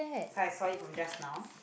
so I saw it from just now